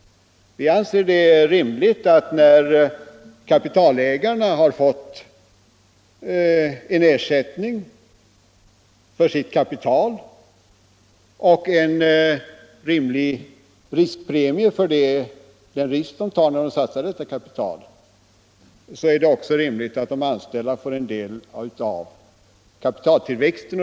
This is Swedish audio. Vi anser det rimligt att när kapitalägarna har fått en ersättning för sitt kapital och en lämplig riskpremie för att de satsar detta kapital bör också de anställda få en del av kapitaltillväxten.